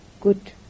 good